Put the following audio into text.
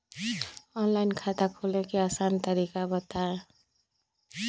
Online खाता खोले के आसान तरीका बताए?